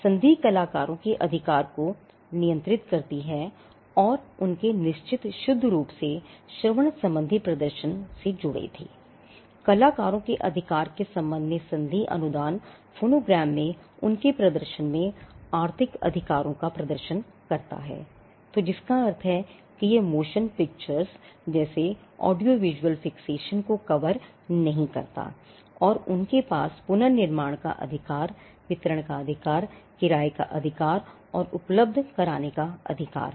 संधि कलाकारों के अधिकार को नियंत्रित करती है जो उनके निश्चित शुद्ध रूप से श्रवण सम्बंधी प्रदर्शन को कवर नहीं करता है और उनके पास पुनर्निर्माण का अधिकार वितरण का अधिकार किराये का अधिकार और उपलब्ध कराने का अधिकार है